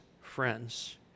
friends